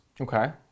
Okay